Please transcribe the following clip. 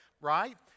right